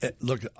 Look